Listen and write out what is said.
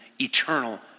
eternal